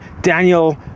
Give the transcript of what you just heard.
Daniel